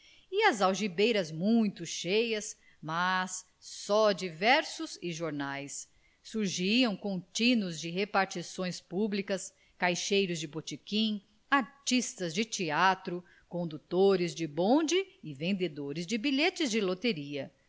e as algibeiras muito cheias mas só de versos e jornais surgiram contínuos de repartições públicas caixeiros de botequim artistas de teatro condutores de bondes e vendedores de bilhetes de loteria